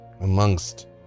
amongst